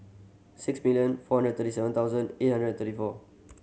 six million four hundred thirty seven thousand eight hundred thirty four